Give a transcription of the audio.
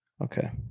okay